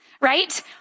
right